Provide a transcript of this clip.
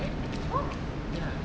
what